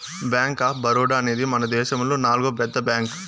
bank of Baroda అనేది మనదేశములో నాల్గో పెద్ద బ్యాంక్